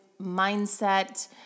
mindset